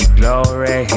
glory